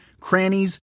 crannies